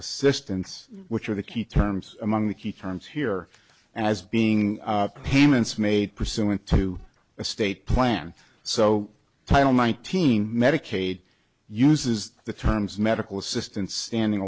assistance which are the key terms among the key terms here as being payments made pursuant to a state plan so title nineteen medicaid uses the terms medical assistance standing